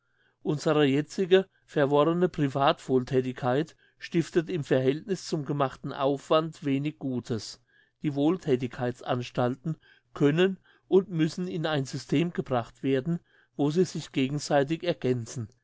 unsere jetzige verworrene privatwohlthätigkeit stiftet im verhältniss zum gemachten aufwand wenig gutes die wohlthätigkeitsanstalten können und müssen in ein system gebracht werden wo sie sich gegenseitig ergänzen